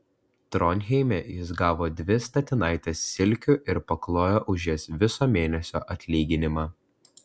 tronheime jis gavo dvi statinaites silkių ir paklojo už jas viso mėnesio atlyginimą